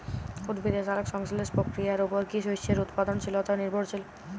উদ্ভিদের সালোক সংশ্লেষ প্রক্রিয়ার উপর কী শস্যের উৎপাদনশীলতা নির্ভরশীল?